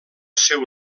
seu